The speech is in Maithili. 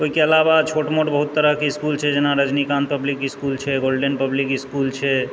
ओहिके अलावा छोट मोट बहुत तरहके इस्कुल छै जेना रजनीकान्त पब्लिक इस्कुल छै गोल्डेन पब्लिक इस्कूल छै